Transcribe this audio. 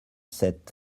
sept